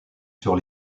sur